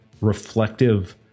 reflective